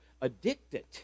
addicted